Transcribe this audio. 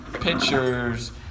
pictures